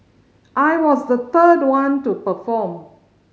I was the third one to perform